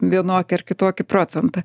vienokį ar kitokį procentą